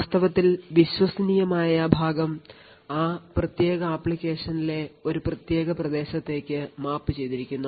വാസ്തവത്തിൽ വിശ്വസനീയമായ ഭാഗം ആ പ്രത്യേക അപ്ലിക്കേഷനിലെ ഒരു പ്രത്യേക പ്രദേശത്തേക്ക് മാപ്പുചെയ്തിരിക്കുന്നു